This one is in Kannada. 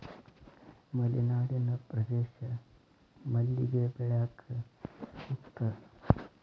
ಮಲೆನಾಡಿನ ಪ್ರದೇಶ ಮಲ್ಲಿಗೆ ಬೆಳ್ಯಾಕ ಸೂಕ್ತ